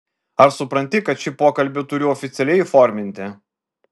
ar supranti kad šį pokalbį turiu oficialiai įforminti